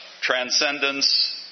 Transcendence